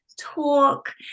talk